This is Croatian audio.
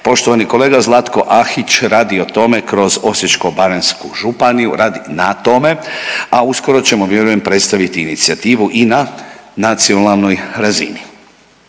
poštovani kolega Zlatko Ahić radi o tome kroz Osječko-baranjsku županiju, radi na tome, a uskoro ćemo vjerujem predstaviti inicijativu i na nacionalnoj razini.